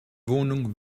wohnung